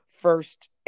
first